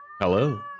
hello